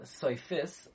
soifis